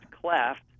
cleft